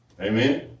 amen